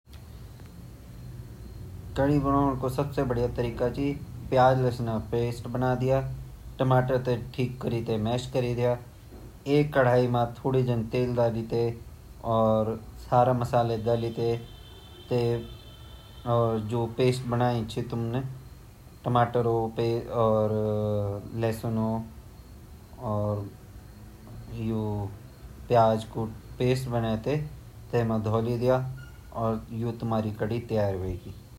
सॉस हम ज़्यादा तर टामटरो बडोड़ टमाटर ते हम ध्वे-धाइ ते उबान उबाली ते थोड़ा हम वेते कुल्चीते छान ल्योनड छानीते हमुन वेते की कन कि थोड़ा सा छोंका डान तेल डाल दया आप थोड़ा जीरा डाल दया आप जख्या डाल दया अर जख्या डालिते वेते थोड़ा पके दोंड अर वेमा नमक मिर्ची मिलेते खाली।